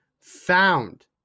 found